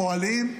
פועלים,